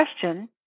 question